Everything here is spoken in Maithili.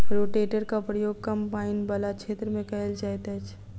रोटेटरक प्रयोग कम पाइन बला क्षेत्र मे कयल जाइत अछि